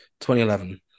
2011